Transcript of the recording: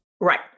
Right